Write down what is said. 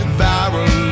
viral